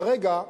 כרגע,